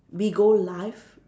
Bigo live